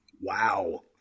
Wow